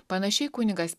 panašiai kunigas